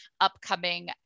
upcoming